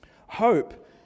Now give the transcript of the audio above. Hope